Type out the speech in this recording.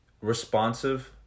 responsive